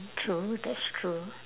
true that's true